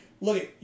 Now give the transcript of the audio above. look